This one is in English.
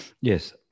Yes